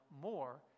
more